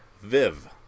Viv